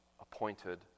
appointed